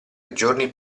giorni